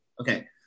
Okay